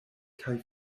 kaj